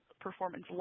performance